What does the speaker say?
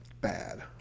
bad